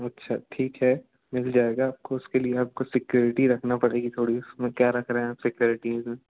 अच्छा ठीक है मिल जाएगा आपको उसके लिए आपको सिक्योरिटी रखना पड़ेगी थोड़ी उसमें क्या रख रहे हैं आप सिक्योरिटी में